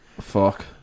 Fuck